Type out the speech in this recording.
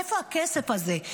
איפה הכסף הזה?